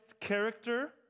character